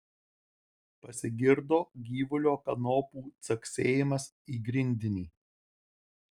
pasigirdo gyvulio kanopų caksėjimas į grindinį